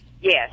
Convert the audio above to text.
Yes